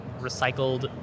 recycled